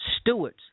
stewards